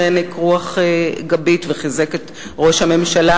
שהעניק רוח גבית וחיזק את ראש הממשלה,